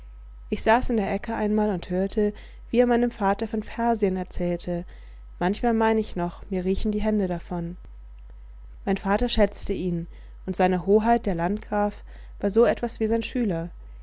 ich saß in der ecke einmal und hörte wie er meinem vater von persien erzählte manchmal mein ich noch mir riechen die hände davon mein vater schätzte ihn und seine hoheit der landgraf war so etwas wie sein schüler